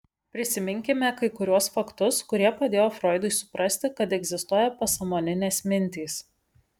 prisiminkime kai kuriuos faktus kurie padėjo froidui suprasti kad egzistuoja pasąmoninės mintys